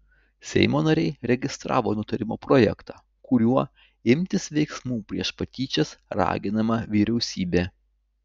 seimo nariai registravo nutarimo projektą kuriuo imtis veiksmų prieš patyčias raginama vyriausybė